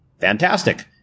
Fantastic